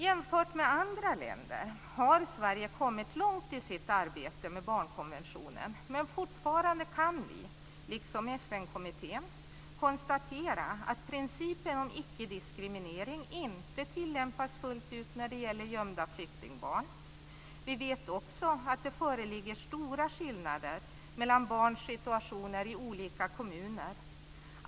Jämfört med andra länder har Sverige kommit långt i sitt arbete med barnkonventionen, men fortfarande kan vi, liksom FN-kommittén, konstatera att principen om icke-diskriminering inte tillämpas fullt ut när det gäller gömda flyktingbarn. Vi vet också att det föreligger stora skillnader mellan barns situationer i olika kommuner.